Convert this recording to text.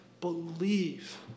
believe